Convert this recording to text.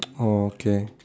oh okay